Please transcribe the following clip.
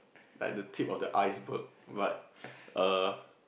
like the tip of the iceberg but err